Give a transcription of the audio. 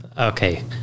Okay